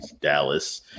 dallas